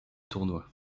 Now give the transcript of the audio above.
tournoi